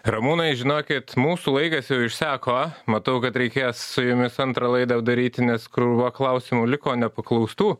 ramūnai žinokit mūsų laikas jau išseko matau kad reikės su jumis antrą laidą daryti nes krūva klausimų liko nepaklaustų